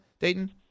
Dayton